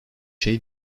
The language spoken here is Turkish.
şey